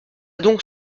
donc